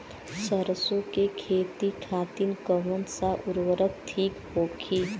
सरसो के खेती खातीन कवन सा उर्वरक थिक होखी?